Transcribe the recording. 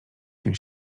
się